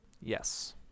Yes